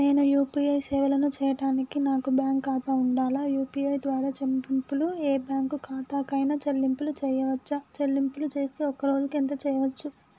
నేను యూ.పీ.ఐ సేవలను చేయడానికి నాకు బ్యాంక్ ఖాతా ఉండాలా? యూ.పీ.ఐ ద్వారా చెల్లింపులు ఏ బ్యాంక్ ఖాతా కైనా చెల్లింపులు చేయవచ్చా? చెల్లింపులు చేస్తే ఒక్క రోజుకు ఎంత చేయవచ్చు?